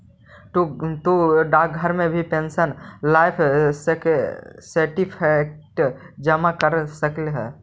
तु डाकघर में भी पेंशनर लाइफ सर्टिफिकेट जमा करा सकऽ हे